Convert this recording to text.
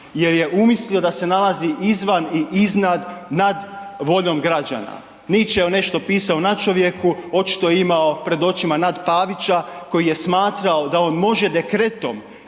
jer je umislio da se nalazi izvan i iznad nad voljom građana. Nietzsche je nešto pisao o nadčovjeku, očito je imao pred očima nad Pavića koji je smatrao da on može dekretom,